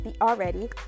already